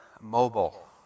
Mobile